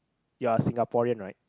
you are Singaporean right